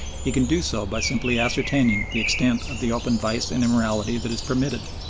he can do so by simply ascertaining the extent of the open vice and immorality that is permitted.